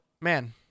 man